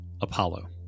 Apollo